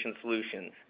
solutions